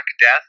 Death